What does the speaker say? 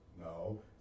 No